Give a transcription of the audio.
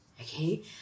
okay